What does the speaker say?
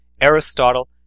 Aristotle